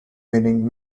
meaning